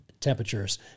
temperatures